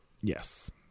Yes